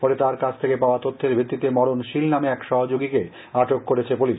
পরে তার কাছ থেকে পাওয়া তথ্যের ভিত্তিতে মরণ শীল নামে এক সহযোগীকে আটক করেছে পুলিশ